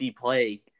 play